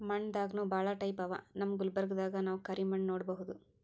ಮಣ್ಣ್ ದಾಗನೂ ಭಾಳ್ ಟೈಪ್ ಅವಾ ನಮ್ ಗುಲ್ಬರ್ಗಾದಾಗ್ ನಾವ್ ಕರಿ ಮಣ್ಣ್ ನೋಡಬಹುದ್